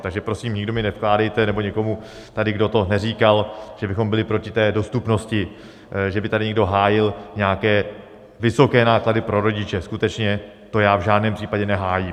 Takže prosím, nikdo mi nevkládejte, nebo někomu tady, kdo to neříkal, že bychom byli proti té dostupnosti, že by tady někdo hájil nějaké vysoké náklady pro rodiče, skutečně, to já v žádném případě nehájím.